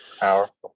Powerful